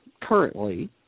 currently